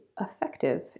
effective